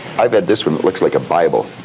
i've had this one that looks like a bible,